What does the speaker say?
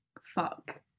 fuck